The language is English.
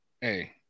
hey